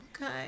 Okay